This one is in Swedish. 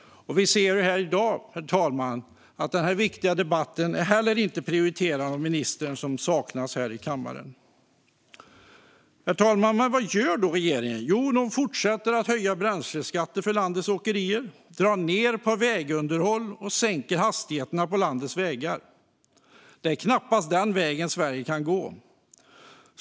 Vi ser i dag att den här viktiga debatten inte heller är prioriterad av ministern, som saknas i kammaren. Vad gör regeringen? Jo, den fortsätter att höja bränsleskatten för landets åkerier, drar ned på vägunderhåll och sänker hastigheterna på landets vägar. Det är knappast den vägen Sverige kan gå.